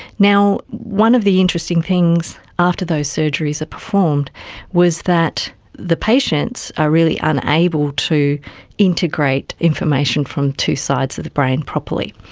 now, one of the interesting things after those surgeries are performed was that the patients are really unable to integrate information from two sides of the brain properly.